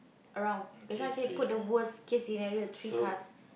around that's why I say put the worse case scenario three cars